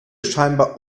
scheinbar